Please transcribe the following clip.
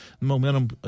momentum